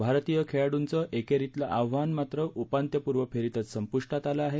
भारतीय खेळाडूंच ऐकेरीतलं आव्हान मात्र उपांत्यपूर्व फेरीतच संपुष्टात आलं आहे